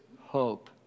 hope